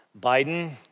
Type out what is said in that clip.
Biden